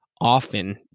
often